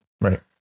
Right